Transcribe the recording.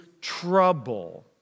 trouble